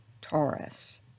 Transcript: Taurus